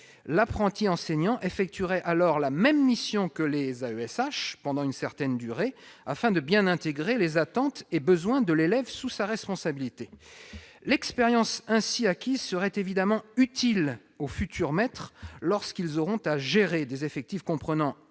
l'apprenti enseignant effectuerait alors la même mission que les AESH, afin de bien intégrer les attentes et besoins de l'élève sous sa responsabilité. L'expérience ainsi acquise serait évidemment utile aux futurs maîtres lorsqu'ils devront gérer des effectifs comprenant